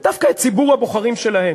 דווקא את ציבור הבוחרים שלהם,